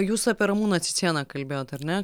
jūs apie ramūną cicėną kalbėjote ar ne